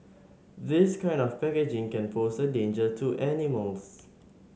this kind of packaging can pose a danger to animals